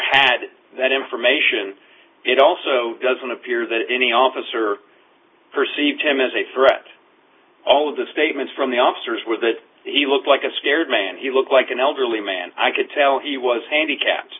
had that information it also doesn't appear that any officer perceive him as a threat all of the statements from the officers were that he looked like a scared man he looked like an elderly man i could tell he was handicapped